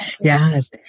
Yes